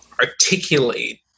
articulate